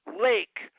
Lake